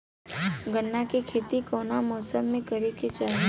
गन्ना के खेती कौना मौसम में करेके चाही?